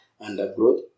undergrowth